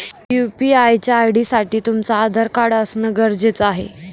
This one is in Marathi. यू.पी.आय च्या आय.डी साठी तुमचं आधार कार्ड असण गरजेच आहे